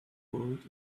pulled